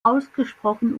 ausgesprochen